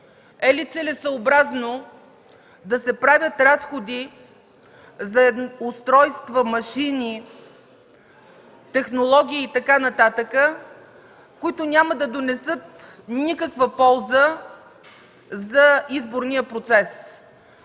е ли целесъобразно да се правят разходи за устройства, машини, технологии и така нататък, които няма да донесат никаква полза за изборния процес?